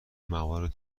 موارد